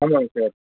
ஆமாங்க சார்